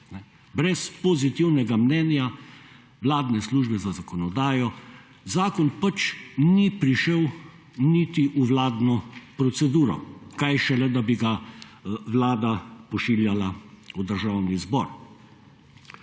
Brez pozitivnega mnenja vladne Službe za zakonodajo zakon pač ni prišel niti v vladno proceduro, kaj šele, da bi ga Vlada pošiljala v Državni zbor.